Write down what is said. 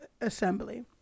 assembly